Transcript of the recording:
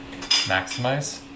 Maximize